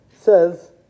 says